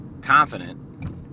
confident